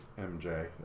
MJ